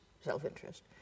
self-interest